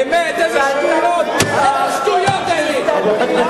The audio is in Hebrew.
באמת, איזה שטויות, איזה שטויות אלה.